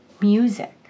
music